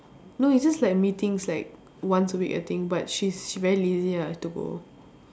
no it's just like meetings like once a week I think but she's she very lazy ah to go